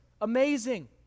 amazing